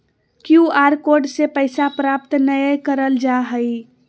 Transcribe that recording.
Q R code से पैसा प्राप्त नयय करल जा हइ